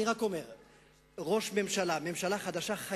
צריך להסתכל על המציאות.